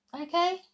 okay